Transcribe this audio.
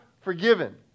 forgiven